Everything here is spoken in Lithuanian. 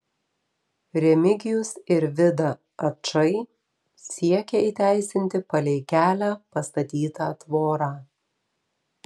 remigijus ir vida ačai siekia įteisinti palei kelią pastatytą tvorą